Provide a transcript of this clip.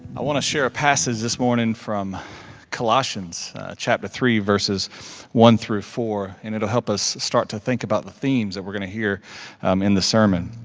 i want to share a passage this morning from colossians chapter three, verses one through four, and it'll help us start to think about the themes that we're gonna hear in the sermon,